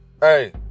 hey